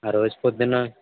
ఆ రోజు పొద్దున